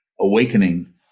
Awakening